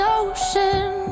ocean